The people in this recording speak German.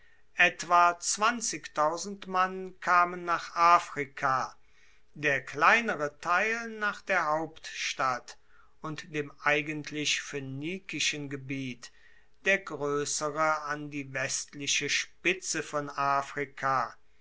etwa mann kamen nach afrika der kleinere teil nach der hauptstadt und dem eigentlich phoenikischen gebiet der groessere an die westliche spitze von afrika